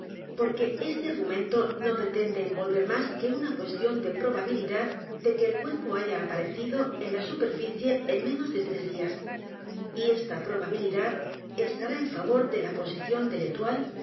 porque este argumento no pretende envolver más que una cuestión de probabilidad de que el cuerpo haya aparecido en la superficie en menos de tres d í a s y esta probabilidad estará en favor de la posición de